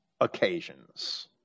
occasions